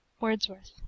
Wordsworth